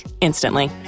instantly